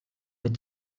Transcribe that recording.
with